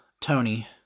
Tony